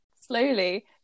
slowly